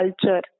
culture